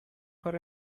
for